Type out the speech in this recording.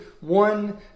one